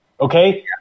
Okay